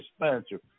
expansion